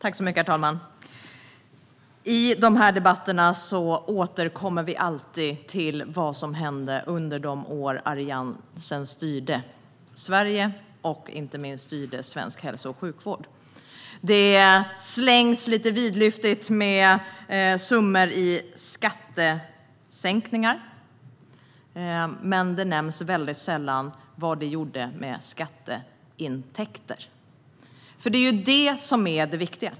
Herr talman! I de här debatterna återkommer vi alltid till vad som hände under de år då Alliansen styrde Sverige och inte minst svensk hälso och sjukvård. Det slängs lite vidlyftigt med summor i skattesänkningar, men det nämns väldigt sällan vad de gjorde med skatteintäkterna. Det är ju det som är det viktiga.